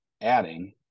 adding